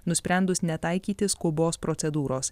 nusprendus netaikyti skubos procedūros